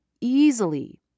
easily